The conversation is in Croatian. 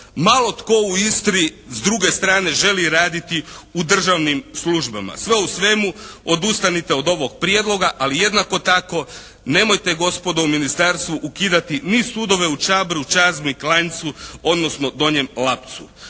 malo tko u Istri s druge strane želi raditi u državnim službama. Sve u svemu odustanite od ovog prijedloga, ali jednako tako nemojte gospodo u Ministarstvu ukidati ni sudove u Čabru, Čazmi, Klanjcu odnosno Donjem Lapcu.